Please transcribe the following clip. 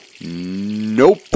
Nope